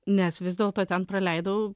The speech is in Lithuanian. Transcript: nes vis dėlto ten praleidau